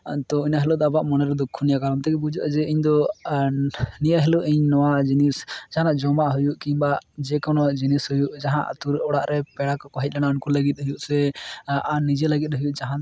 ᱛᱚ ᱤᱱᱟᱹ ᱦᱤᱞᱳᱜ ᱫᱚ ᱟᱵᱚᱣᱟᱜ ᱢᱚᱱᱮ ᱨᱮ ᱫᱩᱠᱠᱷᱚ ᱱᱤᱭᱟᱹ ᱠᱟᱨᱚᱱ ᱛᱮᱜᱮ ᱵᱩᱡᱷᱟᱹᱜᱼᱟ ᱡᱮ ᱤᱧ ᱫᱚ ᱱᱤᱭᱟᱹ ᱦᱤᱞᱳᱜ ᱤᱧ ᱱᱚᱣᱟ ᱡᱤᱱᱤᱥ ᱡᱟᱦᱟᱱᱟᱜ ᱡᱚᱢᱟᱜ ᱦᱩᱭᱩᱜ ᱠᱤᱝᱵᱟ ᱡᱮᱠᱳᱱᱳ ᱡᱤᱱᱤᱥ ᱦᱩᱭᱩᱜ ᱡᱟᱦᱟᱸ ᱟᱹᱛᱩ ᱚᱲᱟᱜ ᱨᱮ ᱯᱮᱲᱟ ᱠᱚᱠᱚ ᱦᱮᱡ ᱞᱮᱱᱟ ᱩᱱᱠᱩ ᱞᱟᱹᱜᱤᱫ ᱦᱩᱭᱩᱜ ᱥᱮ ᱱᱤᱡᱮ ᱞᱟᱹᱜᱤᱫ ᱦᱩᱭᱩᱜ ᱡᱟᱦᱟᱱ